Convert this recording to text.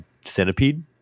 centipede